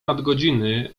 nadgodziny